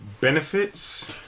Benefits